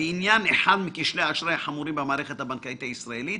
בעניין אחד מכשלי האשראי החמורים במערכת הבנקאית הישראלית: